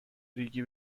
ریگی